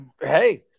Hey